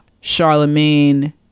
Charlemagne